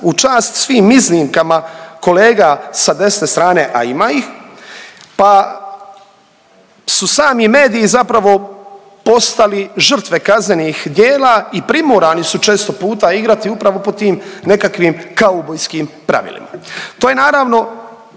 u čast svim iznimkama kolega sa desne strane, a ima ih, pa su sami mediji zapravo postali žrtve kaznenih djela i primorani su često puta igrati upravo po tim nekakvim kaubojskim pravilima. To je naravno